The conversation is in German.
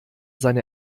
seine